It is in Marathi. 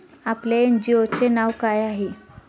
आपल्या एन.जी.ओ चे नाव काय आहे?